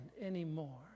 anymore